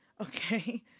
okay